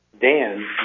Dan